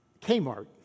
Kmart